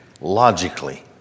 logically